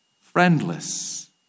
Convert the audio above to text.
friendless